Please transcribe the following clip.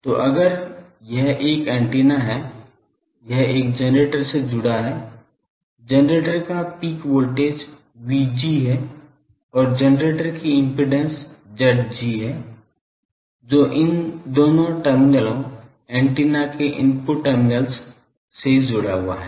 तो अगर यह एक एंटीना है यह एक जनरेटर से जुड़ा हुआ है जनरेटर का पीक वोल्टेज VG है और जनरेटर की इम्पीडेन्स Zg है जो इन दोनों टर्मिनलों एंटीना के इनपुट टर्मिनल्स से जुड़ा हुआ है